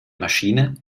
maschine